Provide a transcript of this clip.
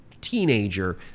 teenager